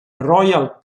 royal